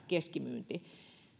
keskimyynti